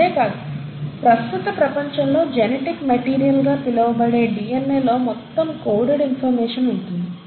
ఇదే కాదు ప్రస్తుత ప్రపంచంలో జెనెటిక్ మెటీరియల్ గా పిలవబడే డిఎన్ఏలో మొత్తం కోడెడ్ ఇన్ఫర్మేషన్ ఉంటుంది